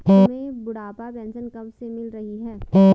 तुम्हें बुढ़ापा पेंशन कब से मिल रही है?